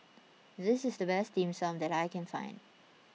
this is the best Dim Sum that I can find